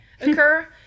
occur